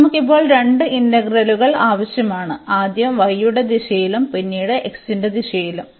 അതിനാൽ നമുക്ക് ഇപ്പോൾ രണ്ട് ഇന്റഗ്രലുകൾ ആവശ്യമാണ് അതിനാൽ ആദ്യം y യുടെ ദിശയിലും പിന്നീട് x ന്റെ ദിശയിലും